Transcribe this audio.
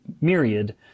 myriad